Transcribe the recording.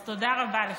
אז תודה רבה לך,